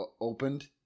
opened